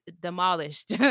demolished